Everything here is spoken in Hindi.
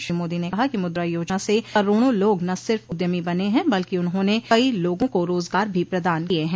श्री मोदी ने कहा कि मुद्रा योजना से करोड़ों लोग न सिफ उद्यमी बने हैं बल्कि उन्होंने कई लोगों को रोजगार भी प्रदान किये हैं